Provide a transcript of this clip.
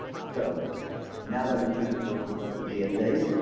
so now that we sent this work request to gsa,